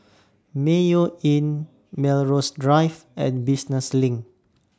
Mayo Inn Melrose Drive and Business LINK